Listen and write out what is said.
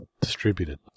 distributed